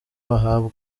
bahabwa